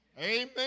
Amen